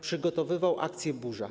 Przygotowywał akcję ˝Burza˝